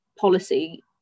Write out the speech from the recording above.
policy